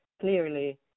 clearly